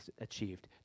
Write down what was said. achieved